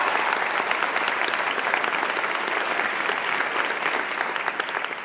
are